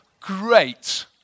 great